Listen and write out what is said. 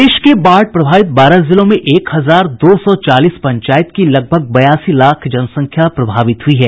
प्रदेश के बाढ़ प्रभावित बारह जिलों में एक हजार दो सौ चालीस पंचायत की लगभग बयासी लाख जनसंख्या प्रभावित हुई है